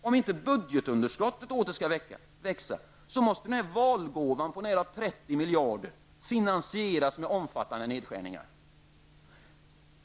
Om inte budgetunderskottet åter skall växa så måste ''valgåvan'' på nära 30 miljarder finansieras med omfattande nedskärningar.